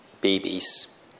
babies